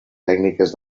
tècniques